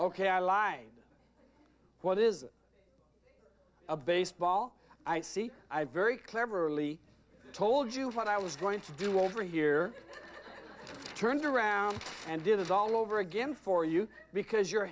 ok i lie what is a baseball i see i very cleverly told you what i was going to do over here turned around and did it all over again for you because you're